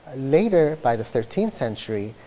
later, by the thirteenth century,